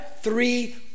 three